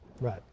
Right